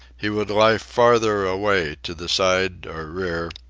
he would lie farther away, to the side or rear,